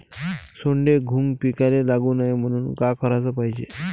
सोंडे, घुंग पिकाले लागू नये म्हनून का कराच पायजे?